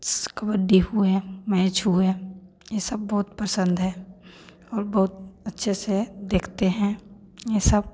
कबड्डी हुए मैच हुए ये सब बहुत पसंद है और बहुत अच्छे से देखते हैं ये सब